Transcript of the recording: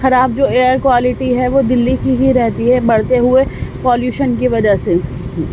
خراب جو air quality ہے وہ دلی کی ہی رہتی ہے بڑھتے ہوئے پالیوشن کی وجہ سے